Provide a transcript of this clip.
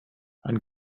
ein